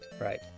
right